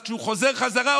אז כשהוא חוזר בחזרה,